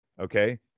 okay